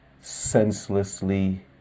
senselessly